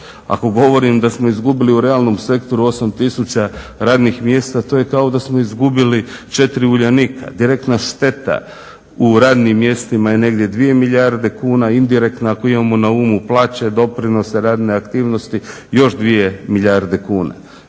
Ako govorim da smo izgubili u realnom sektoru 8000 radnih mjesta to je kao da smo izgubili 4 Uljanika. Direktna šteta u radnim mjestima je negdje 2 milijarde kuna, indirektna ako imamo na umu plaće, doprinose, radne aktivnosti još dvije milijarde kuna.